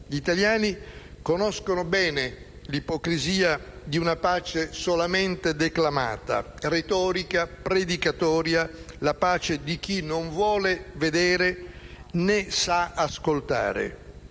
Gli italiani conoscono bene l'ipocrisia di una pace solamente declamata, retorica e predicatoria: la pace di chi non vuole vedere, né sa ascoltare.